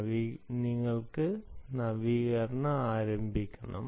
മാറ്റങ്ങൾ വരുത്തണം